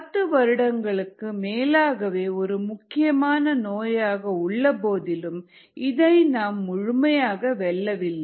பத்து வருடங்களுக்கு மேலாகவே ஒரு முக்கியமான நோயாக உள்ளபோதிலும் இதை நாம் முழுமையாக வெல்லவில்லை